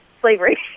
slavery